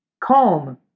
Calm